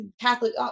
Catholic